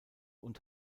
und